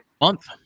month